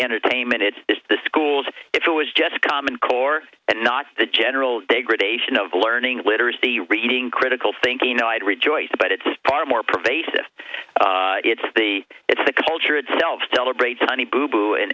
entertainment it's the schools if it was just common core and not the general day gradation of learning literacy reading critical thinking i'd rejoice but it's far more pervasive it's the it's the culture itself celebrates honey boo boo and